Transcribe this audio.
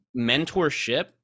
mentorship